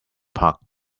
parked